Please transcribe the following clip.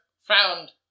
found